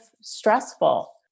stressful